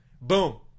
Boom